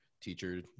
teacher